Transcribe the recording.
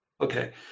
Okay